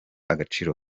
agaciro